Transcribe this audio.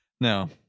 No